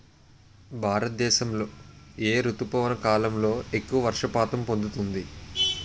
భారతదేశంలో ఏ రుతుపవన కాలం ఎక్కువ వర్షపాతం పొందుతుంది?